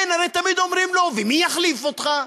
הרי תמיד אומרים לו: ומי יחליף אותך?